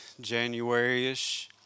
January-ish